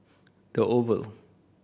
The Oval